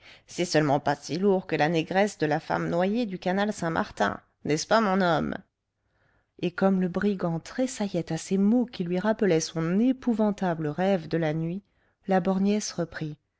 c'est seulement pas si lourd que la négresse de la femme noyée du canal saint-martin n'est-ce pas mon homme et comme le brigand tressaillait à ces mots qui lui rappelaient son épouvantable rêve de la nuit la borgnesse reprit